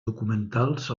documentats